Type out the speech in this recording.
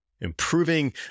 improving